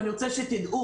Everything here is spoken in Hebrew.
אני רוצה שתדעו,